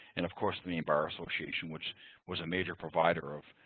and of course, the maine bar association, which was a major provider of